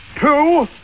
two